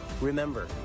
Remember